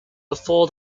before